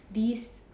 these